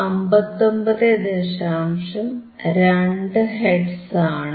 2 hertz ആണ്